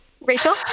Rachel